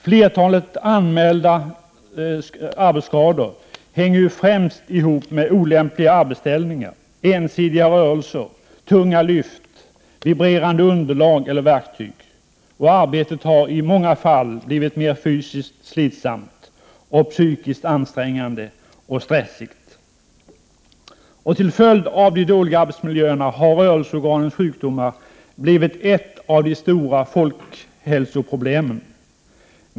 Flertalet anmälda arbetsskador hänger ihop med olämpliga arbetsställningar, ensidiga rörelser, tunga lyft, vibrerande underlag eller verktyg. Arbetet har i många fall blivit mer fysiskt slitsamt och psykiskt ansträngande och stressigt. Till följd av de dåliga arbetsmiljöerna har rörelseorganens sjukdomar blivit ett av de stora folkhälsoproblemen.